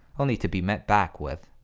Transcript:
only to be met back with